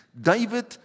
David